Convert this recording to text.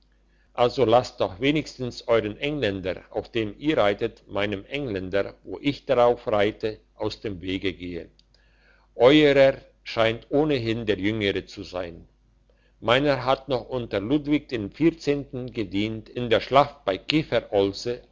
also lasst doch wenigstens euern engländer auf dem ihr reitet meinem engländer wo ich darauf reite aus dem wege gehen euerer scheint ohnehin der jüngere zu sein meiner hat noch unter ludwig dem vierzehnten gedient in der schlacht bei